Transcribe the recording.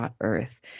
Earth